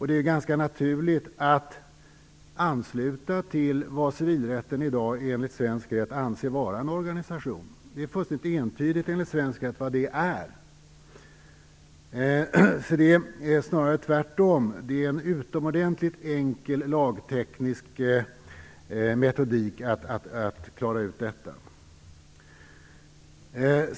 Det är ganska naturligt att ansluta till vad som enligt svensk civilrätt i dag anses vara en organisation. Det är enligt svensk rätt fullständigt entydigt vad det är. Det är alltså snarare tvärtom: Det krävs en utomordentligt enkel lagteknisk metodik för att klara ut detta.